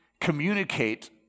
communicate